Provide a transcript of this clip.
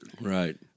Right